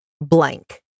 blank